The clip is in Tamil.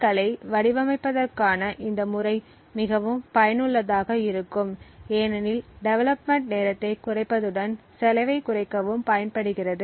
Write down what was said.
க்களை வடிவமைப்பதற்கான இந்த முறை மிகவும் பயனுள்ளதாக இருக்கும் ஏனெனில் டெவெலப்மென்ட் நேரத்தைக் குறைப்பதுடன் செலவைக் குறைக்கவும் பயன்படுகிறது